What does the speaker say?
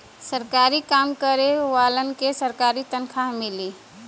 सरकारी काम करे वालन के सरकारी तनखा मिली